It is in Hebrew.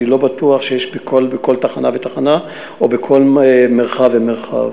אני לא בטוח שיש בכל תחנה ותחנה או בכל מרחב ומרחב.